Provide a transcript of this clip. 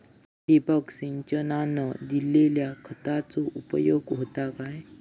ठिबक सिंचनान दिल्या खतांचो उपयोग होता काय?